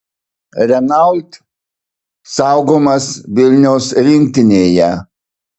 renault saugomas vilniaus rinktinėje